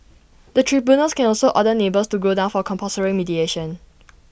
the tribunals can also order neighbours to go down for compulsory mediation